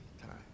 time